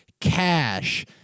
cash